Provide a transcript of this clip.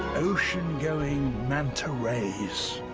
ocean-going manta rays.